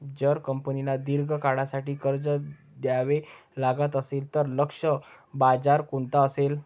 जर कंपनीला दीर्घ काळासाठी कर्ज घ्यावे लागत असेल, तर लक्ष्य बाजार कोणता असेल?